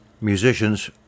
musicians